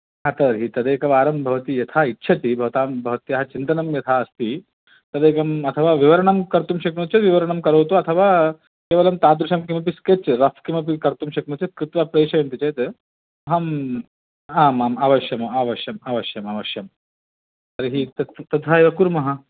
हा तर्हि तदेकवारं भवती यथा इच्छति भवतां भवत्याः चिन्तनं यथा अस्ति तदेकम् अथवा विवरणं कर्तुं शक्नोति चेत् विवरणं करोतु अथवा केवलं तादृशं किमपि स्केच् रफ् किमपि कर्तुं शक्नोति कृत्वा प्रेशयन्ति चेद् अहं आम् आम् अवश्यं आवश्यं अवश्यं अवश्यं तर्हि तत् तथा एव कुर्मः